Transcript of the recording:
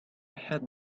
had